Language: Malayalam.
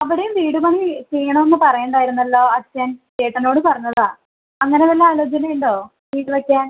അവിടേയും വീട് പണി ചെയ്യണമെന്ന് പറയുന്നുണ്ടായിരുന്നല്ലോ അച്ഛൻ ചേട്ടനോട് പറഞ്ഞതാണ് അങ്ങനെ വല്ല ആലോചനയുമുണ്ടോ വീട് വയ്ക്കാൻ